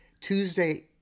Tuesday